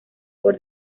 por